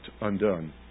undone